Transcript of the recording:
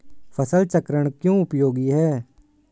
फसल चक्रण क्यों उपयोगी है?